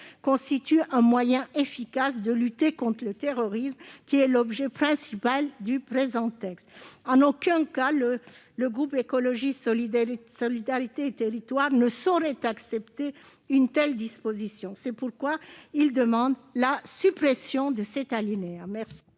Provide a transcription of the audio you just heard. constitue un moyen efficace de lutte contre le terrorisme, qui est l'objet principal du présent projet de loi. En aucun cas le groupe Écologiste - Solidarité et Territoires ne saurait accepter une telle disposition. C'est pourquoi il demande la suppression de cet alinéa.